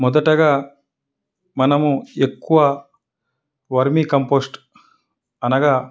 మొదటగా మనము ఎక్కువ వర్మీ కంపోస్ట్ అనగా